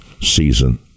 season